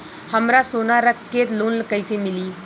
हमरा सोना रख के लोन कईसे मिली?